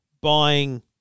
Buying